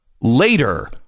later